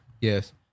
Yes